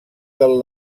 del